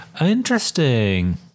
Interesting